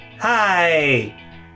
hi